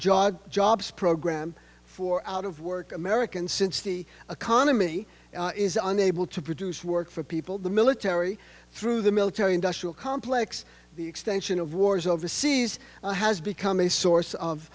jog jobs program for out of work americans since the economy is unable to produce work for people the military through the military industrial complex the extension of wars overseas has become a source of